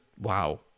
wow